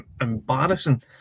embarrassing